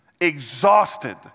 Exhausted